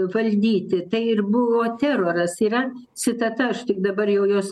valdyti tai ir buvo teroras yra citata aš tik dabar jau jos